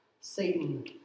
Satan